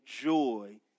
joy